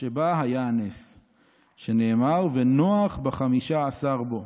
שבה היה הנס שנאמר: 'ונֹח בחמִשה עשר בו'.